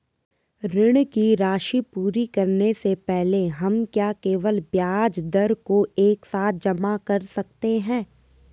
ऋण की राशि पूरी करने से पहले हम क्या केवल ब्याज दर को एक साथ जमा कर सकते हैं?